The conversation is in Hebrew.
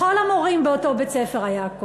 לכל המורים באותו בית-ספר הייתה כוס.